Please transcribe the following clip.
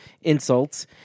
insults